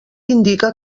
indica